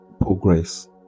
progress